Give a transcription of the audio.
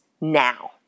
now